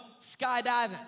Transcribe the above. skydiving